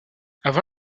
avant